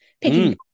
picking